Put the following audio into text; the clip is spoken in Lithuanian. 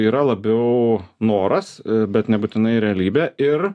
yra labiau noras bet nebūtinai realybė ir